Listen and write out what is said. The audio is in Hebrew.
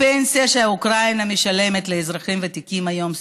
הפנסיה שאוקראינה משלמת לאזרחים ותיקים היום,